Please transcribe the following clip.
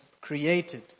created